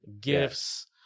gifts